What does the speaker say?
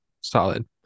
Solid